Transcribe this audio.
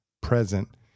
present